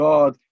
God